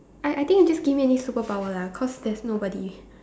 I I think you just give me any superpower lah cause there's nobody